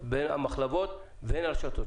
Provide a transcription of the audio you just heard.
במחלבות והן ברשתות.